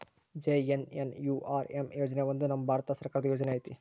JNNURM ಯೋಜನೆ ಒಂದು ನಮ್ ಭಾರತ ಸರ್ಕಾರದ ಯೋಜನೆ ಐತಿ